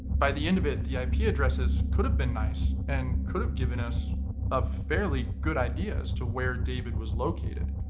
by the end of it, the ip addresses could've been nice and could've given us a fairly good idea as to where david was located.